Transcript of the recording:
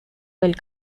del